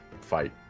fight